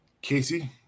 Casey